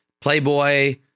Playboy